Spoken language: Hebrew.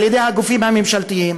על ידי הגופים הממשלתיים,